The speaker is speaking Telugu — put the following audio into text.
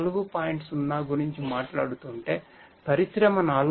0 గురించి మాట్లాడుతుంటే పరిశ్రమ 4